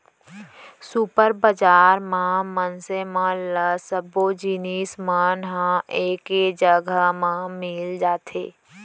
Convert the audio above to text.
super बजार म मनसे मन ल सब्बो जिनिस मन ह एके जघा म मिल जाथे